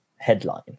Headline